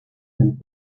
and